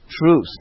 truth